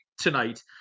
tonight